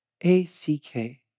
A-C-K